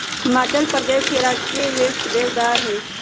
हिमाचल प्रदेश के राजकीय वृक्ष देवदार हई